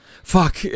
fuck